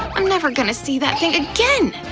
i'm never gonna see that thing again!